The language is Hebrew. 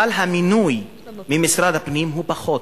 אבל המינוי של משרד הפנים הוא פחות.